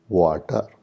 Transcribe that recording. water